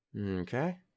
Okay